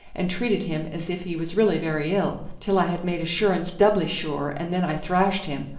and treated him as if he was really very ill, till i had made assurance doubly sure, and then i thrashed him.